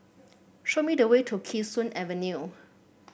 show me the way to Kee Sun Avenue